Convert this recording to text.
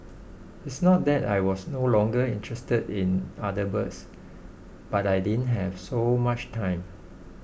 it's not that I was no longer interested in other birds but I didn't have so much time